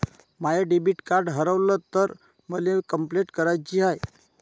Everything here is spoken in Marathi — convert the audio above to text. माय डेबिट कार्ड हारवल तर मले कंपलेंट कराची हाय